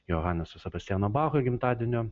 johaneso sebastijano bacho gimtadienio